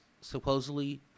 supposedly